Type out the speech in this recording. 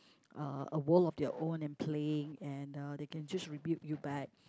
uh a world of their own and playing and uh they can just rebuke you back